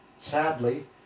Sadly